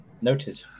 Noted